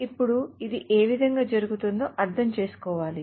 ఇప్పుడు ఇది ఏ విధంగా జరుగుతుందో అర్థం చేసుకోవాలి